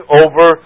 over